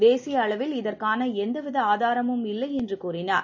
தேசிய அளவில் இதற்கான எந்தவித ஆதாரமும் இல்லை என்று கூறினார்